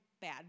bad